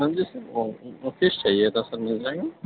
ہاں جی sir fish چاہیے تھا سر مِل جائیں گا